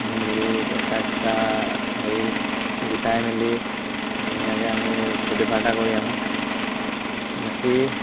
মিলি পইচা চইচা হেৰি গোটাই মেলি ধুনীয়াকৈ আমি ফূৰ্তি ফাৰ্তা কৰি আহোঁ বাকী